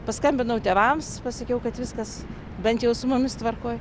paskambinau tėvams pasakiau kad viskas bent jau su mumis tvarkoj